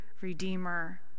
redeemer